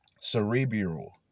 cerebral